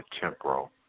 temporal